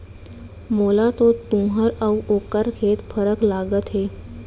मोला तो तुंहर अउ ओकर खेत फरक लागत हे